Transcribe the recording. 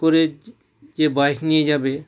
যে বাইক নিয়ে যাবে